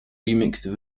remixed